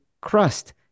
crust